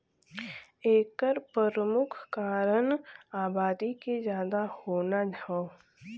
एकर परमुख कारन आबादी के जादा होना हौ